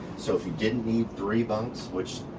so if you didn't need three bunks, which,